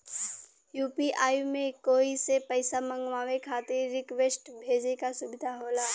UPI में कोई से पइसा मंगवाये खातिर रिक्वेस्ट भेजे क सुविधा होला